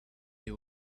they